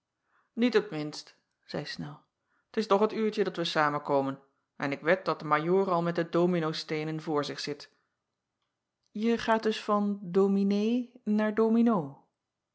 iet het minst zeî nel t is toch het uurtje dat wij samenkomen en ik wed dat de ajoor al met de domino-steenen voor zich zit e gaat dus van ominee naar